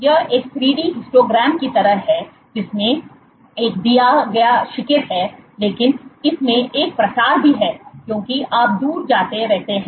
यह एक 3D histogram की तरह है जिसमें एक दिया गया शिखर है लेकिन इसमें एक प्रसार भी है क्योंकि आप दूर जाते रहते हैं